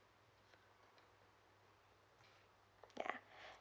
ya